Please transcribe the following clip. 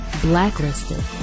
Blacklisted